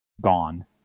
gone